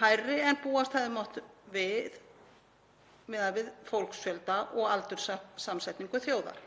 færri en búast hefði mátt við miðað við fólksfjölda og aldurssamsetningu þjóðar.